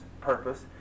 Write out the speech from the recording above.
purpose